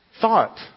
thought